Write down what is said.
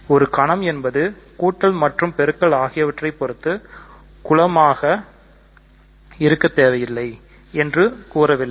ஒரு கணம் என்பது கூட்டல் மற்றும் பெருக்கல் ஆகியவற்றைப் பொருத்து குலமாக இருக்கத் தேவையில்லை என்று கூறவில்லை